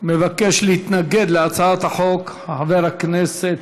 מבקש להתנגד להצעת החוק חבר הכנסת